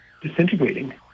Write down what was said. disintegrating